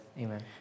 Amen